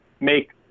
make